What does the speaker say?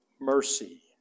mercy